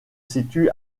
situe